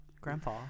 Grandpa